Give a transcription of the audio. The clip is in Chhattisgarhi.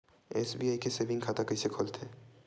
एस.बी.आई के सेविंग खाता कइसे खोलथे?